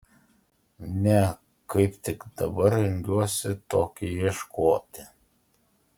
ne kaip tik dabar rengiuosi tokio ieškoti